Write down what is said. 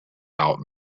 out